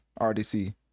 RDC